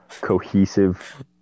cohesive